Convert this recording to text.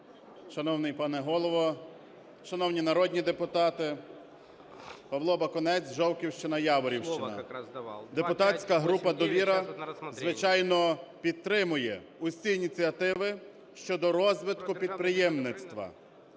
Шановний пане Голово, шановні народні депутати! Павло Бакунець, Жовківщина, Яворівщина. Депутатська група "Довіра", звичайно, підтримує усі ініціативи щодо розвитку підприємництва.